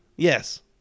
Yes